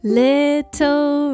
little